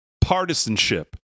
partisanship